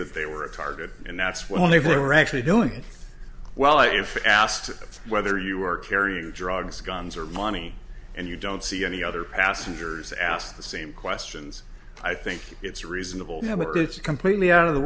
that they were a target and that's when they were actually doing well if asked whether you were carrying drugs guns or money and you don't see any other passengers asked the same questions i think it's reasonable now it's a completely out of the